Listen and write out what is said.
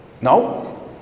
No